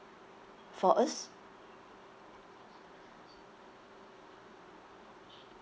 for us